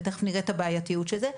ותיכף נראה את הבעייתיות של זה,